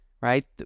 right